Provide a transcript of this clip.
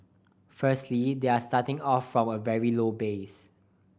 firstly they are starting off from a very low base